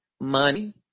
money